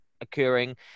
occurring